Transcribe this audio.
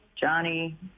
Johnny